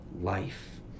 life